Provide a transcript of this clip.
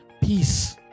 peace